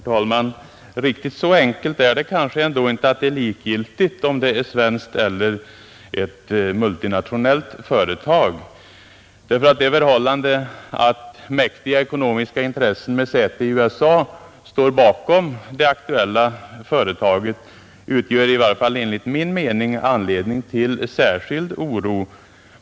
Herr talman! Riktigt så enkelt är det kanske ändå inte, att det är likgiltigt om det är ett svenskt eller ett multinationellt företag. Det förhållandet att mäktiga ekonomiska intressen med säte i USA står bakom det aktuella företaget utgör i varje fall enligt min mening anledning till särskild oro.